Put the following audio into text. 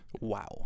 Wow